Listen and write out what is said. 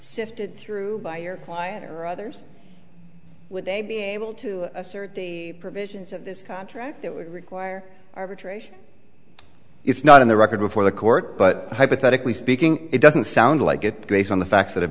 sifted through by your client or others would they be able to assert the provisions of this contract that would require arbitration it's not in the record before the court but hypothetically speaking it doesn't sound like it based on the facts that have